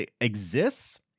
exists